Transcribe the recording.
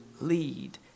lead